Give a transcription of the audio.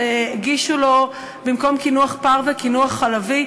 והגישו לו במקום קינוח פרווה קינוח חלבי.